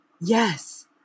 Yes